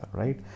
right